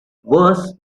worse